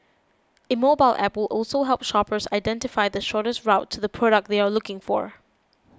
a mobile App will also help shoppers identify the shortest to the product they are looking for